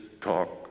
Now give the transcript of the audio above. talk